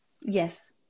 Yes